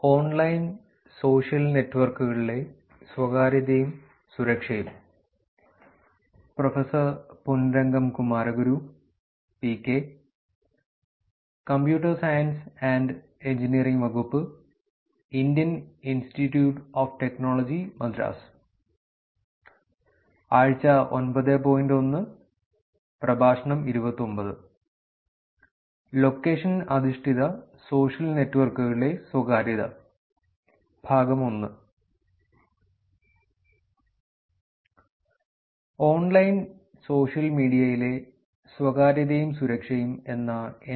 online social മീഡിയയിലെ സ്വകാര്യതയും സുരക്ഷയും എന്ന എൻപിറ്റിഇഎൽ കോഴ്സിലേക്ക് സ്വാഗതം